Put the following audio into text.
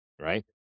right